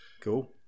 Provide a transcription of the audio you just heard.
Cool